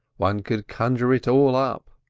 one could conjure it all up.